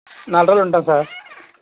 నాలుగు రోజులు ఉంటాము సార్